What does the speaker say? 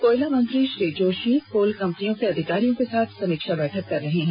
कोयला मंत्री श्री जोशी कोल कंपनियों के अधिकारियों के साथ समीक्षा बैठक कर रहे हैं